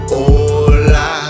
Hola